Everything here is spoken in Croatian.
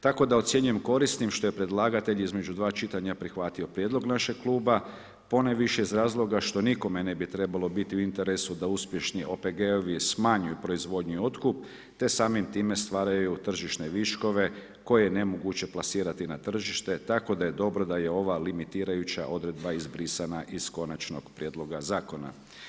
Tako da ocjenjujem korisnim što je predlagatelj između dva čitanja prihvatio prijedlog našeg Kluba, ponajviše iz razloga što nikome ne bi trebalo biti u interesu da uspješnu OPG-ovi smanjuju proizvodnju i otkup te samim time stvaraju tržišne viškove koje je nemoguće plasirati na tržište, tako da je dobro da je ova limitirajuća odredba izbrisana iz konačnog Prijedloga zakona.